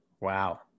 Wow